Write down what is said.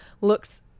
looks